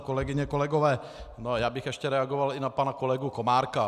Kolegyně, kolegové, já bych ještě reagoval i na pana kolegu Komárka.